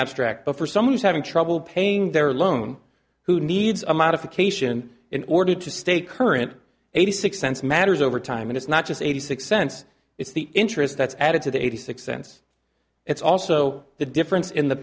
abstract but for someone who's having trouble paying their loan who needs a modification in order to stay current eighty six cents matters over time it's not just eighty six cents it's the interest that's added to the eighty six cents it's also the difference in the